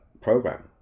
program